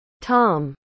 Tom